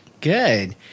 Good